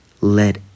let